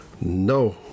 No